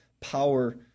power